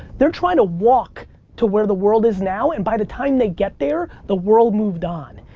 they're trying to walk to where the world is now and by the time they get there the world moved on.